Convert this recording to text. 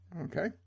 Okay